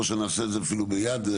או שנעשה את זה אפילו ביד,